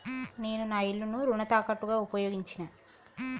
నేను నా ఇల్లును రుణ తాకట్టుగా ఉపయోగించినా